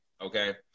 Okay